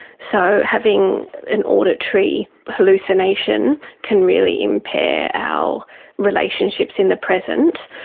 so having an auditory hallucination can really impair our relationships in the present.